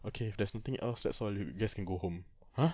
okay if there's nothing else that's all you just can go home !huh!